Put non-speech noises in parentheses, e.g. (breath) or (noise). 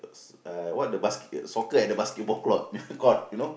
s~ uh what the basket soccer at the basketball court (breath) court you know